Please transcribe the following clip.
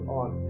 on